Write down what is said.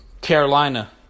Carolina